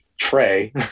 Trey